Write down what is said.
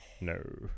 No